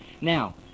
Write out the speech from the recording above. Now